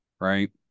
right